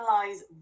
analyze